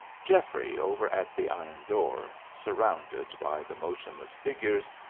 geoffrey over at the iron door, surrounded by the motionless figures,